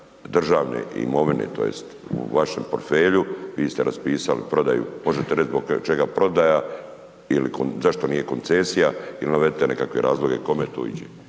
državne imovine tj. u vašem portfelju, vi ste raspisali prodaju. Možete reći zašto prodaja ili zašto nije koncesija ili navedite neke razloge kome to ide?